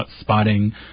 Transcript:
spotting